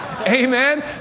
Amen